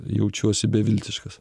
jaučiuosi beviltiškas